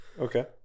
Okay